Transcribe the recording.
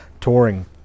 Touring